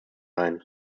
sein